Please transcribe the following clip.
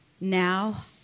Now